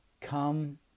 come